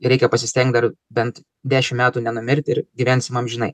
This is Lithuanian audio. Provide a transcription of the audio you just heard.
ir reikia pasistengt dar bent dešim metų nenumirt ir gyvensim amžinai